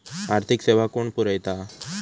आर्थिक सेवा कोण पुरयता?